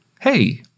Hey